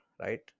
right